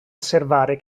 osservare